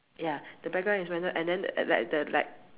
ya the background is whether and then like the like